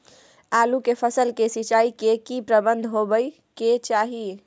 आलू के फसल के सिंचाई के की प्रबंध होबय के चाही?